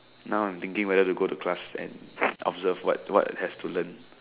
now I'm thinking whether to go to class and observe what what have to learn